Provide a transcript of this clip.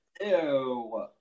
Ew